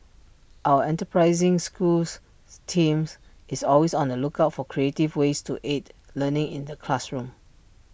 our enterprising schools teams is always on the lookout for creative ways to aid learning in the classroom